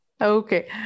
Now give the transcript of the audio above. Okay